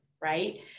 Right